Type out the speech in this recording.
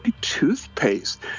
toothpaste